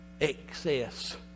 excess